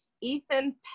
Ethan